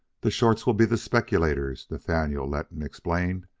the shorts will be the speculators, nathaniel letton explained,